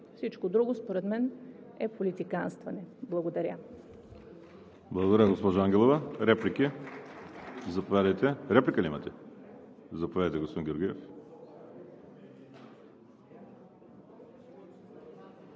Всичко друго според мен е политиканстване. Благодаря.